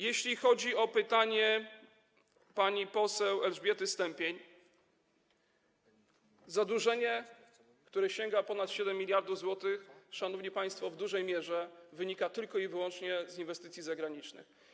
Jeśli chodzi o pytanie pani poseł Elżbiety Stępień, zadłużenie, które sięga ponad 7 mld zł, szanowni państwo, w dużej mierze wynika tylko i wyłącznie z inwestycji zagranicznych.